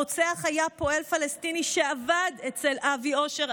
הרוצח היה פועל פלסטיני שעבד אצל אבי אושר,